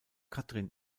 katrin